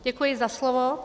Děkuji za slovo.